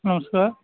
ନମସ୍କାର